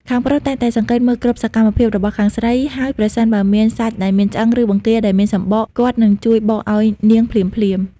ខាងប្រុសតែងតែសង្កេតមើលគ្រប់សកម្មភាពរបស់ខាងស្រី ហើយប្រសិនបើមានសាច់ដែលមានឆ្អឹង ឬបង្គាដែលមានសំបក គាត់នឹងជួយបកឱ្យនាងភ្លាមៗ។